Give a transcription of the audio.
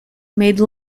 made